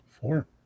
Four